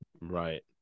Right